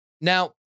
Now